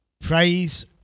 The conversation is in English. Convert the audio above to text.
Praise